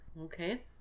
Okay